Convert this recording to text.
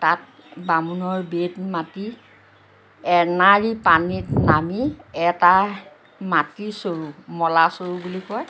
তাত বামুণৰ বেদ মাতি এনাড়ী পানীত নামি এটা মাটিৰ চৰু মলা চৰু বুলি কয়